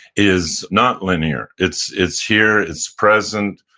is not linear. it's it's here. it's present.